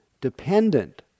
dependent